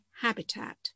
habitat